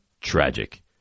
tragic